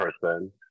person